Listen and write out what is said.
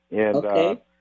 Okay